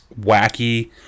wacky